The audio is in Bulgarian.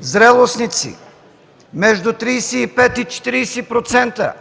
зрелостници, между 35 и 40%,